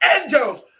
angels